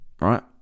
Right